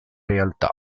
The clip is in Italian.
realtà